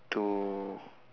to